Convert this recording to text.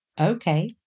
okay